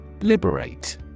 Liberate